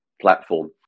platform